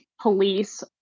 police